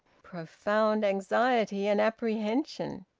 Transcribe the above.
profound anxiety and apprehension!